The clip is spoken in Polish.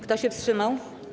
Kto się wstrzymał?